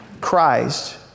Christ